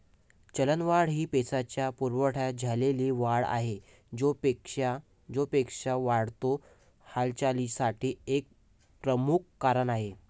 चलनवाढ ही पैशाच्या पुरवठ्यात झालेली वाढ आहे, जो पैशाच्या वाढत्या हालचालीसाठी एक प्रमुख कारण आहे